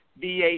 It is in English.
VA